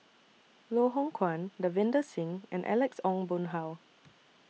Loh Hoong Kwan Davinder Singh and Alex Ong Boon Hau